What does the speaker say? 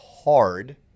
hard